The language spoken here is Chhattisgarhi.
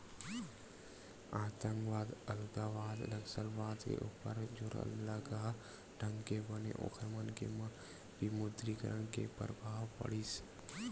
आंतकवाद, अलगावाद, नक्सलवाद के ऊपर जोरलगहा ढंग ले बने ओखर मन के म विमुद्रीकरन के परभाव पड़िस